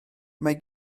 mae